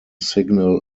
signal